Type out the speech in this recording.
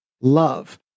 love